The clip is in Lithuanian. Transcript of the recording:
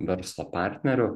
verslo partnerių